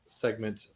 segment